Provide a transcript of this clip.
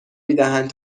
میدهند